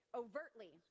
overtly